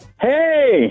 Hey